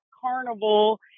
carnival